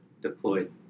deployed